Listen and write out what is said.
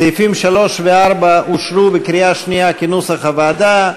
סעיפים 3 ו-4 אושרו בקריאה שנייה כנוסח הוועדה.